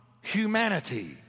humanity